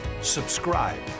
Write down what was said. subscribe